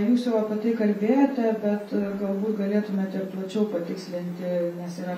jūs jau apie tai kalbėjote bet galbūt galėtumėte ir plačiau patikslinti nes yra